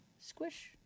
squish